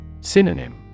Synonym